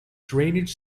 drainage